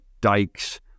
dikes